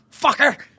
fucker